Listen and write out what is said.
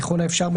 ככל האפשר,